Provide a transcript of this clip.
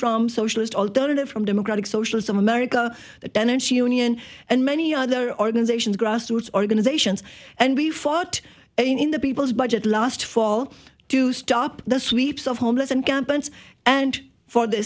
from socialist alternative from democratic socialism america the tenants union and many other organizations grassroots organizations and we fought in the people's budget last fall to stop the sweeps of homeless encampment and for th